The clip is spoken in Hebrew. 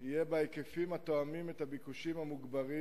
יהיה בהיקפים התואמים את הביקושים המוגברים,